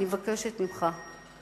אני מבקשת ממך,